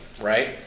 right